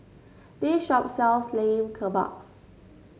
this shop sells Lamb Kebabs